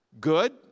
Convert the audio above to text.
Good